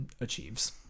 achieves